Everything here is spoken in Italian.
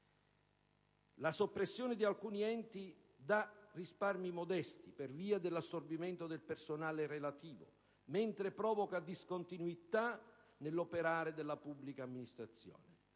La soppressione di alcuni enti dà risparmi modesti, per via dell'assorbimento del personale relativo, mentre provoca discontinuità nell'operare della pubblica amministrazione.